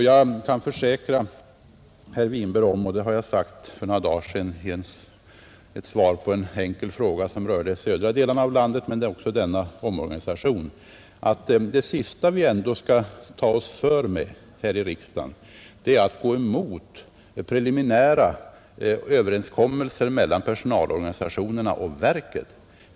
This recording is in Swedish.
Jag kan försäkra herr Winberg — och det har jag sagt för några dagar sedan i ett svar på en enkel fråga som rörde södra delarna av landet men också denna omorganisation — att det sista vi ändå bör ta oss för här i riksdagen är att gå emot preliminära överenskommelser mellan personalorganisationerna och verket.